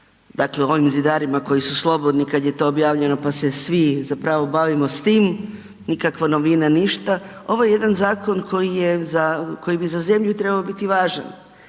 dakle o ovim zidarima koji su slobodni kad je to objavljeno pa se svi zapravo bavimo s tim, nikakva novina, ništa. Ovo je jedan zakon koji bi za zemlju trebao biti važan,